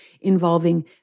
involving